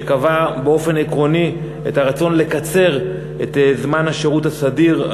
שקבעה באופן עקרוני את הרצון לקצר את זמן השירות הסדיר,